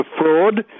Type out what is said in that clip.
fraud